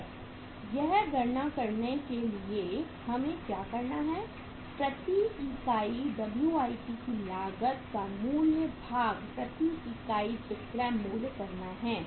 और यह गणना करने के लिए कि हमें क्या करना है प्रति इकाई WIP की लागत का मूल्य भाग प्रति इकाई विक्रय मूल्य करना है